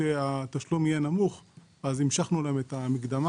שהתשלום יהיה נמוך ולכן המשכנו להם את המקדמה,